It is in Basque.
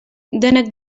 denek